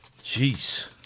Jeez